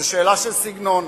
זאת שאלה של סגנון.